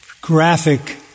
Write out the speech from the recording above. graphic